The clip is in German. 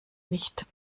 nicht